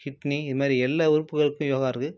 kidney இதுமாதிரி எல்லா உறுப்புகளுக்கும் யோகா இருக்குது